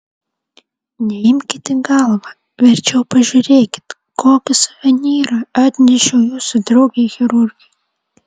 neimkit į galvą verčiau pažiūrėkit kokį suvenyrą atnešiau jūsų draugei chirurgei